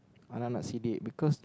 anak anak Sidek because